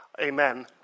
Amen